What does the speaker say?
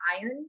iron